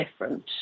different